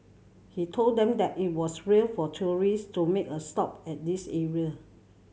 he told them that it was rare for tourist to make a stop at this area